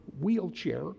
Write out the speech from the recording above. wheelchair